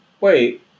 Wait